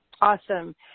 Awesome